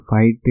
fight